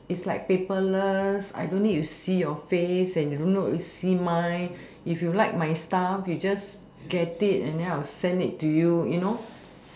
it's like paperless I don't need to see your face and you no need to see mine if you like my stuff you just get it and then I will just send it to you you know